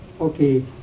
Okay